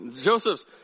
Joseph's